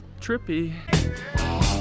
trippy